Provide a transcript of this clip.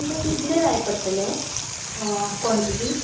तुमकां कितले जाय पडटले क्वॉन्टिटी